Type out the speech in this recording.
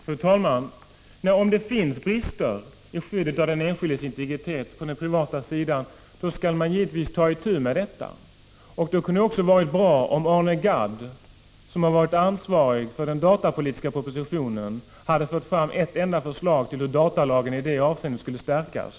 Fru talman! Om det finns brister i skyddet av den enskildes integritet på den privata sidan skall man givetvis ta itu med dessa. Det kunde varit bra om Arne Gadd, som varit ansvarig för den datapolitiska propositionen, hade fört fram ett enda förslag till hur datalagen i det avseendet skulle stärkas.